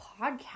podcast